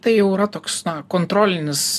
tai jau yra toks na kontrolinis